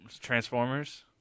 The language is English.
Transformers